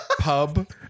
pub